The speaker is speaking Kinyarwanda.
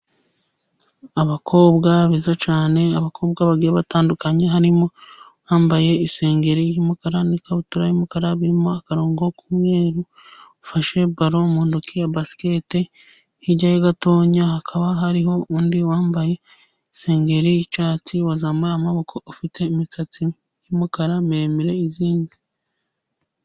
Aabakobwa beza cyane, abakobwa bagiye batandukanye harimo uwambaye isengeri y'umukara n'ikabutura y'umukara birimo akarongo k'umweru ufashe baro mu ntoki ya basiketi hirya ye gato hakaba hari undi wambaye isengeri y'icyatsi wazamuye amaboko ufite imisatsi yumukara miremire izinze.